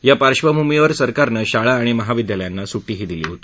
या पार्धभूमीवर सरकारनं शाळा आणि महाविद्यालयांना सुट्टीही दिली होती